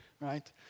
right